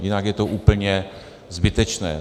Jinak je to úplně zbytečné.